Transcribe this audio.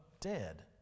dead